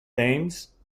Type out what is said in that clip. thames